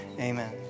Amen